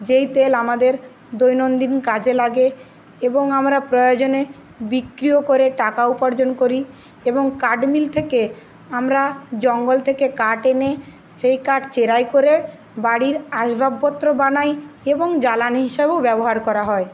যেই তেল আমাদের দৈনন্দিন কাজে লাগে এবং আমরা প্রয়োজনে বিক্রিও করে টাকা উপার্জন করি এবং কাঠ মিল থেকে আমরা জঙ্গল থেকে কাঠ এনে সেই কাঠ চেরাই করে বাড়ির আসবাবপত্র বানাই এবং জ্বালানি হিসাবেও ব্যবহার করা হয়